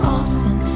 Austin